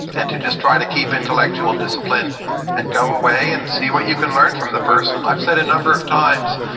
and to just try to keep intellectual discipline and go away and see what you can learn from the person. i've said a number of times,